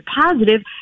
positive